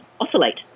oscillate